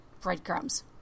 breadcrumbs